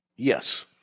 Yes